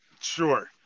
Sure